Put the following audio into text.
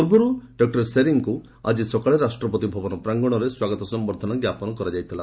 ପୂର୍ବରୁ ଶ୍ରୀ ଶେରିଂଙ୍କୁ ଆଜି ସକାଳେ ରାଷ୍ଟ୍ରପତି ଭବନ ପ୍ରାଙ୍ଗଣରେ ସ୍ୱାଗତ ସମ୍ଭର୍ଦ୍ଧନା ଞ୍ଜାପନ କରାଯାଇଥିଲା